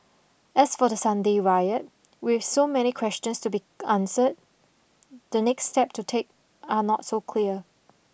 as for the Sunday riot with so many questions to be answer the next step to take are not so clear